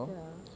ya